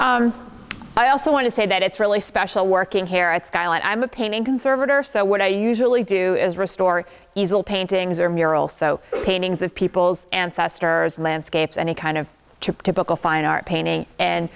so i also want to say that it's really special working here at skyline i'm a painting conservator so what i usually do is restore easel paintings or mural so paintings of people's ancestors landscapes any kind of trip typical fine art painting and